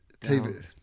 TV